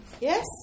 Yes